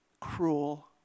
cruel